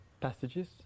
passages